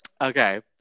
Okay